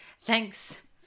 Thanks